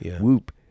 WHOOP